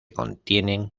contienen